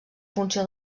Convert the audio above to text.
funció